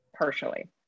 partially